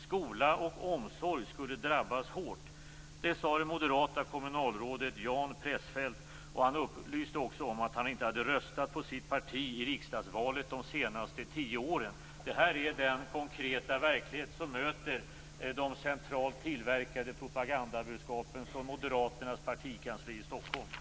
Skola och omsorg skulle drabbas hårt. Detta sade det moderata kommunalrådet Jan Pressfeldt. Han upplyste också om att han inte hade röstat på sitt parti i riksdagsvalet de senaste tio åren. Det här är den konkreta verklighet som möter de centralt tillverkade propagandabudskapen från Moderaternas partikansli i Stockholm.